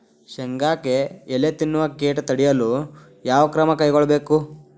ಶೇಂಗಾಕ್ಕೆ ಎಲೆ ತಿನ್ನುವ ಕೇಟ ತಡೆಯಲು ಯಾವ ಕ್ರಮ ಕೈಗೊಳ್ಳಬೇಕು?